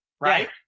Right